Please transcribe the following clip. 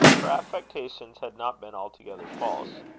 her affectations had not been altogether false.